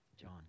John